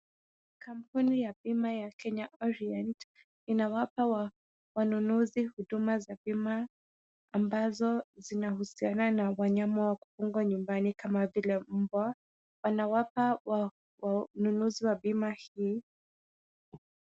Kampuni ya bima ya Kenya orient inawapa wanunuzi huduma za bima ambazo zinahusiana na wanyama wa kufungwa nyumbani kama vile mbwa. Wanawapa wanunuzi wa bima hii.